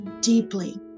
deeply